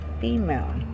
female